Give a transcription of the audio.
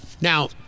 Now